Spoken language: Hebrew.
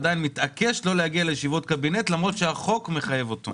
עדיין מתעקש שלא להגיע לישיבות קבינט למרות שהחוק מחייב אותו.